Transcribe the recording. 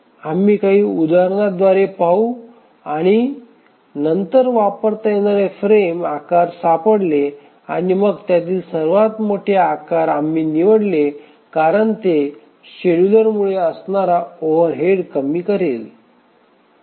आम्ही काही उदाहरणांद्वारे पाहू आणि नंतर वापरता येणारे फ्रेम आकार सापडले आणि मग त्यातील सर्वात मोठे आकार आम्ही निवडले कारण ते शेड्युलरमुळे असणारा ओव्हरहेड कमी करेल